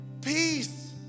peace